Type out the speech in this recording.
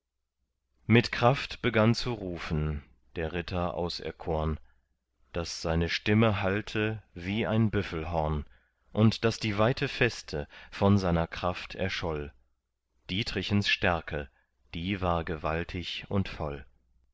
mit kraft begann zu rufen der ritter auserkorn daß seine stimme hallte wie ein büffelhorn und daß die weite feste von seiner kraft erscholl dietrichens stärke die war gewaltig und voll